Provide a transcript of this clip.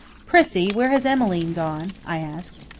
prissy, where has emmeline gone? i asked.